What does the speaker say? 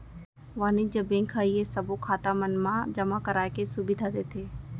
वाणिज्य बेंक ह ये सबो खाता मन मा जमा कराए के सुबिधा देथे